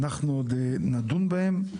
אנחנו עוד נדון בהם.